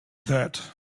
that